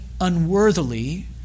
unworthily